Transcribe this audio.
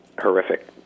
horrific